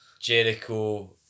Jericho